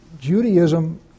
Judaism